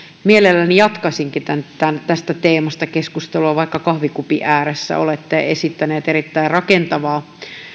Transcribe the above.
mielelläni jatkaisinkin tästä teemasta keskustelua vaikka kahvikupin ääressä olette esittänyt erittäin rakentavaa